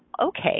okay